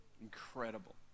Incredible